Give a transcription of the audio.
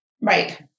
Right